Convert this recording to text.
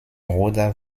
bruder